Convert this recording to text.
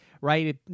right